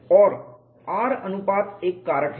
और R अनुपात एक कारक है